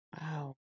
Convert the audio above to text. wow